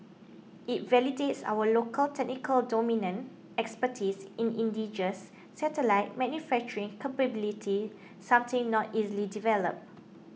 it validates our local technical expertise in indigenous satellite manufacturing capability something not easily developed